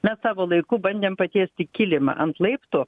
mes savo laiku bandėm patiesti kilimą ant laiptų